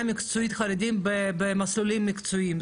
מקצועית לחרדים במסלולים המקצועיים,